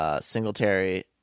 Singletary